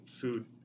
food